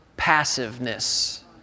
passiveness